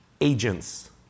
agents